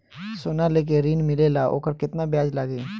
सोना लेके ऋण मिलेला वोकर केतना ब्याज लागी?